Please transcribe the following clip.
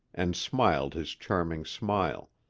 and smiled his charming smile.